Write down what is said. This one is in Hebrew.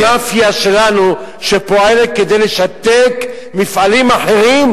המאפיה שלנו, שפועלת כדי לשתק מפעלים אחרים,